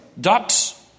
Ducks